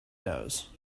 nose